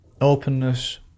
openness